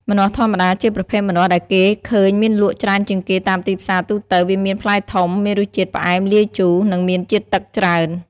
ម្នាស់ធម្មតា ជាប្រភេទម្នាស់ដែលគេឃើញមានលក់ច្រើនជាងគេតាមទីផ្សារទូទៅ។ វាមានផ្លែធំ មានរសជាតិផ្អែមលាយជូរ និងមានជាតិទឹកច្រើន។